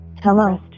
Hello